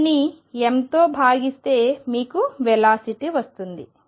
దీనిని mతో భాగిస్తే మీకు వెలాసిటీ వస్తుంది